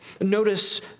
Notice